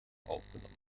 aufgenommen